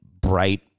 bright